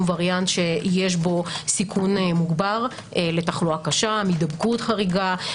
וריאנט שיש בו סיכון מוגבר לתחלואה קשה מוחלטת מהידבקות חריגה,